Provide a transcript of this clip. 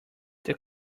they